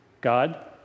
God